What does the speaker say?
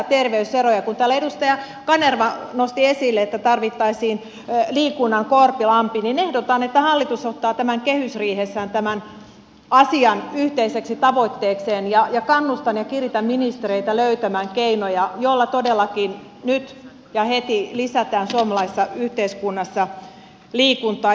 kun täällä edustaja kanerva nosti esille että tarvittaisiin liikunnan korpilampi niin ehdotan että hallitus ottaa kehysriihessään tämän asian yhteiseksi tavoitteekseen ja kannustan ja kiritän ministereitä löytämään keinoja joilla todellakin nyt ja heti lisätään suomalaisessa yhteiskunnassa liikuntaa